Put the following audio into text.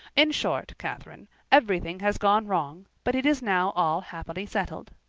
in short, catherine, everything has gone wrong, but it is now all happily settled.